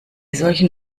solchen